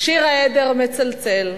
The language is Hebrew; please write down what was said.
שיר העדר מצלצל,